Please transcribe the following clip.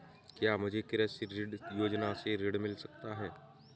क्या मुझे कृषि ऋण योजना से ऋण मिल सकता है?